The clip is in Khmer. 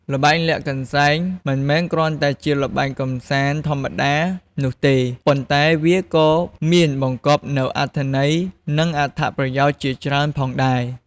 ល្បែងលាក់កន្សែង មិនមែនគ្រាន់តែជាល្បែងកម្សាន្តធម្មតានោះទេ ប៉ុន្តែវាក៏មានបង្កប់នូវអត្ថន័យ និងអត្ថប្រយោជន៍ជាច្រើនផងដែរ។